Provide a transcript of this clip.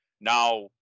Now